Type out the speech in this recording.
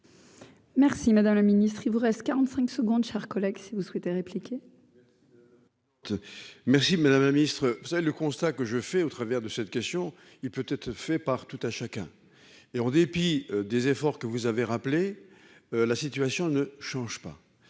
Merci madame le ministre, il vous reste 45 secondes chers collègues si vous souhaitez répliquer. Merci madame la ministre, vous savez, le constat que je fais au travers de cette question, il peut être fait par tout à chacun, et en dépit des efforts que vous avez rappelé la situation ne change pas